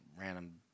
random